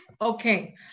okay